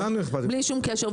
בלי שום קשר.